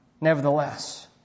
Nevertheless